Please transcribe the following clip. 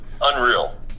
Unreal